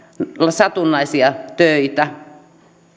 satunnaisia töitä